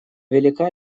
велика